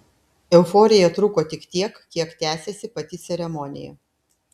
euforija truko tik tiek kiek tęsėsi pati ceremonija